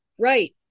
Right